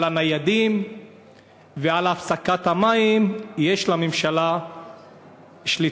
על הניידים ועל הפסקת המים יש לממשלה שליטה.